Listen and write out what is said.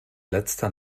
letzter